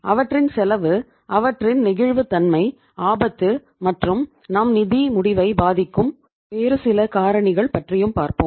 அவற்றின் செலவு அவற்றின் நெகிழ்வுத்தன்மை ஆபத்து மற்றும் நம் நிதி முடிவை பாதிக்கும் வேறு சில காரணிகள் பற்றியும் பார்ப்போம்